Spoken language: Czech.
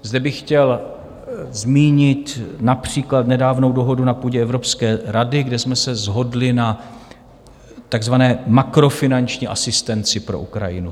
Zde bych chtěl zmínit například nedávnou dohodu na půdě Evropské rady, kde jsme se shodli na takzvané makrofinanční asistenci pro Ukrajinu.